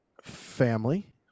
family